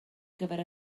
gyfer